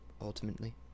ultimately